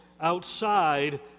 outside